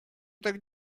так